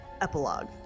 Epilogue